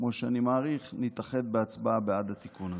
כמו שאני מעריך, נתאחד בהצבעה בעד התיקון הזה.